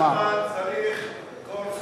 נחמן צריך קורס